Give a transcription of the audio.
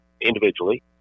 individually